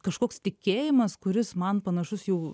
kažkoks tikėjimas kuris man panašus jau